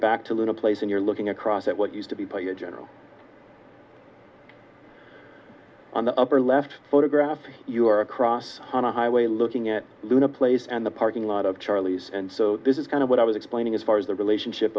back to luna place and you're looking across at what used to be by your general on the upper left photographs you are across on a highway looking at luna place and the parking lot of charlie's and so this is kind of what i was explaining as far as the relationship